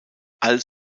als